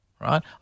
Right